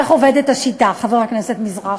איך עובדת השיטה, חבר הכנסת מזרחי?